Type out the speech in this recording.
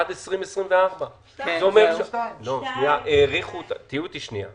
עד 2024. האריכו אותה תהיו איתי שנייה.